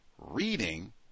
Reading